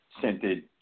scented